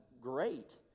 great